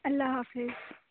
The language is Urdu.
اللہ حافظ